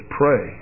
pray